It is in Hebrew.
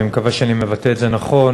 אני מקווה שאני מבטא את זה נכון,